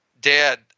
dad